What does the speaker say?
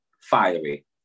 fiery